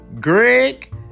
Greg